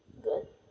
good